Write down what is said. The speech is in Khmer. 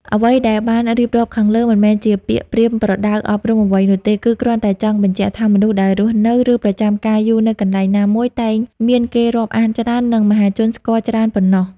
អ្វីដែលបានរៀបរាប់ខាងលើ មិនមែនជាពាក្យប្រៀនប្រដៅអប់រំអ្វីនោះទេ គឺគ្រាន់តែចង់បញ្ជាក់ថា មនុស្សដែលរស់នៅ ឬប្រចាំការយូរនៅកន្លែងណាមួយ តែងមានគេរាប់អានច្រើន និងមហាជនស្គាល់ច្រើនប៉ុណ្ណោះ។